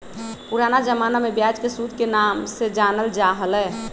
पुराना जमाना में ब्याज के सूद के नाम से जानल जा हलय